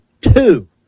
two